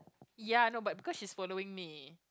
ya I know but because she's following me